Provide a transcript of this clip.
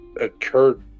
occurred